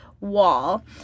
wall